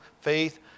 faith